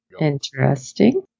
Interesting